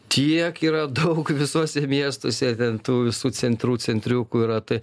tiek yra daug visuose miestuose ten tų visų centrų centriukų yra tai